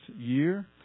year